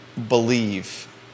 Believe